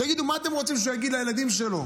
תגידו, מה אתם רוצים שהוא יגיד לילדים שלו,